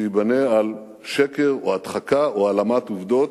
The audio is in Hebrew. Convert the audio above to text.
שייבנה על שקר או הדחקה או העלמת עובדות,